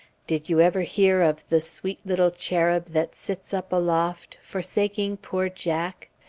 did you ever hear of the sweet little cherub that sits up aloft forsaking poor jack?